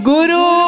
Guru